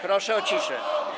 Proszę o ciszę.